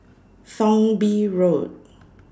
Thong Bee Road